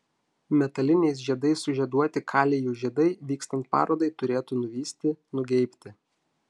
metaliniais žiedais sužieduoti kalijų žiedai vykstant parodai turėtų nuvysti nugeibti